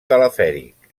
telefèric